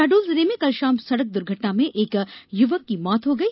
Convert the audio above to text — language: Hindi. शहडोल जिले में कल शाम सड़क दुर्घटना में एक युवक की मौत हो गई